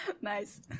Nice